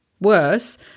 Worse